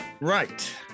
Right